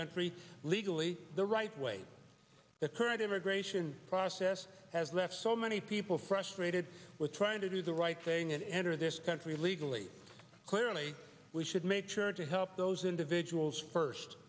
country legally the right way the current immigration process has left so many people frustrated with trying to do the right thing and enter this country illegally clearly we should make sure to help those individuals first